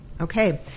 okay